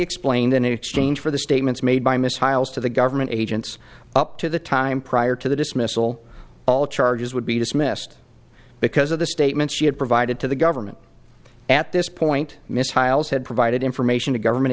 explained in exchange for the statements made by miss hiles to the government agents up to the time prior to the dismissal all charges would be dismissed because of the statements she had provided to the government at this point miss tiles had provided information to government